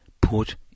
put